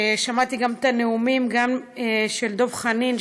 שמעתי גם את הנאומים של דב חנין,